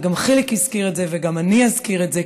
וגם חיליק הזכיר את זה וגם אני אזכיר את זה,